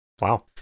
Wow